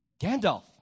Gandalf